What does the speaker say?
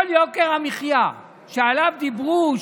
כל יוקר המחיה שעליו דיברו,